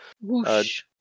whoosh